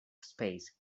space